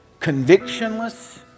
convictionless